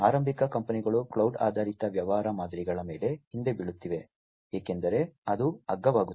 ಆರಂಭಿಕ ಕಂಪನಿಗಳು ಕ್ಲೌಡ್ ಆಧಾರಿತ ವ್ಯಾಪಾರ ಮಾದರಿಗಳ ಮೇಲೆ ಹಿಂದೆ ಬೀಳುತ್ತಿವೆ ಏಕೆಂದರೆ ಅದು ಅಗ್ಗವಾಗುತ್ತದೆ